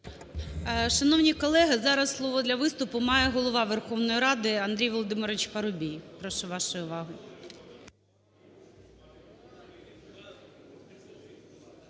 Шановні колеги! Зараз слово для виступу має Голова Верховної Ради Андрій Володимирович Парубій. Прошу вашої уваги.